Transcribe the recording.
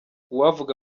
uwavuga